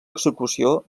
execució